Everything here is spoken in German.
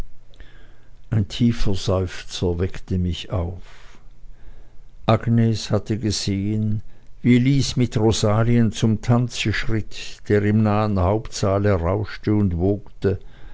ein tiefer seufzer weckte mich auf agnes hatte gesehen wie lys mit rosalien zum tanze schritt der im nahen hauptsaale rauschte und wogte